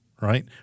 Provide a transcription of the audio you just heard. right